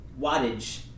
wattage